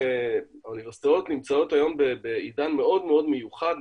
האוניברסיטאות נמצאות היום בעידן מאוד מאוד מיוחד,